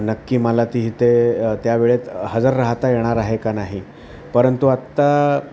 नक्की मला ती इथे त्या वेळेत हजर राहता येणार आहे का नाही परंतु आत्ता